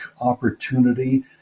opportunity